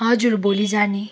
हजुर भोलि जाने